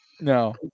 No